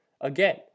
again